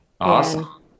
awesome